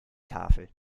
tafel